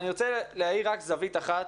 אני רוצה רק להאיר רק זווית אחת,